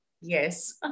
yes